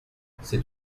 c’est